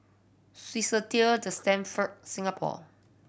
Swissotel The Stamford Singapore